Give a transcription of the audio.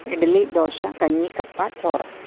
ഇഡലി ദോശ കഞ്ഞി കപ്പ ചോറ്